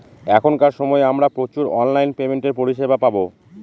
এখনকার সময় আমরা প্রচুর অনলাইন পেমেন্টের পরিষেবা পাবো